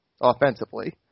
offensively